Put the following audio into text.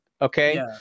okay